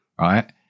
right